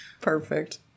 Perfect